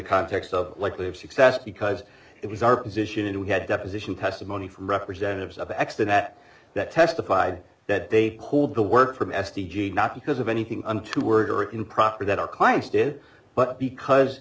context of likely of success because it was our position and we had deposition testimony from representatives of exton that that testified that they pulled the word from s t g not because of anything to word or improper that our clients did but because